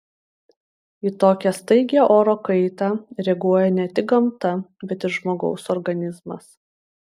į tokią staigią oro kaitą reaguoja ne tik gamta bet ir žmogaus organizmas